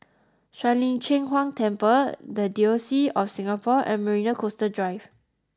Shuang Lin Cheng Huang Temple The Diocese of Singapore and Marina Coastal Drive